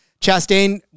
Chastain